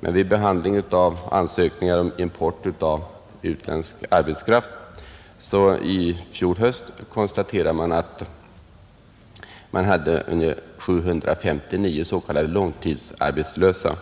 Vid behandlingen av ansökningar i fjol höst om import av utländsk arbetskraft konstaterades att det där fanns 759 s, k. långtidsarbetslösa.